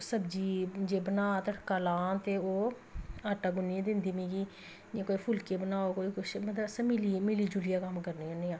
में सब्जी जे बनां ता करां दे ओह् आटा गुन्नियै दिंदी ओह् कोई फुल्के बनाओ कोई किश अस मिली जुलियै कम्म करनियां होन्नियां